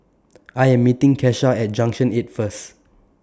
I Am meeting Kesha At Junction eight First